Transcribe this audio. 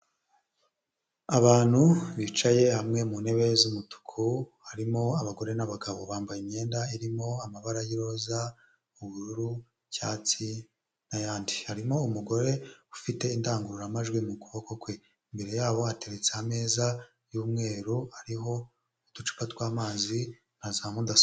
Abantu bicaye hamwe mu ntebe z'umutuku, harimo abagore n'abagabo bambaye imyenda irimo amabara y'iroza ubururu icyatsi n'ayandi, harimo umugore ufite indangururamajwi mu kuboko kwe, imbere yabo hateretse ameza y'umweru ariho uducupa tw'amazi na za mudasobwa.